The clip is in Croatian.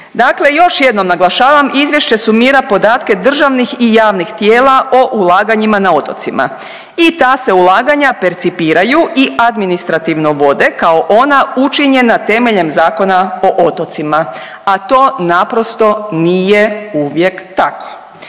Dakle još jednom naglašavam, izvješće sumira podatke državnih i javnih tijela o ulaganjima na otocima i ta se ulaganja percipiraju i administrativno vode kao ona učinjena temeljem Zakona o otocima, a to naprosto nije uvijek tako.